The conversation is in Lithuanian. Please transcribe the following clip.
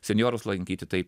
senjorus lankyti tai